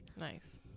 nice